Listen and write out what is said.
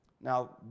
Now